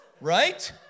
Right